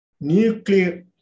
nuclear